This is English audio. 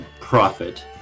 profit